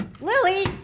Lily